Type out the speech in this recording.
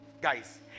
guys